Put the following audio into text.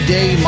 Day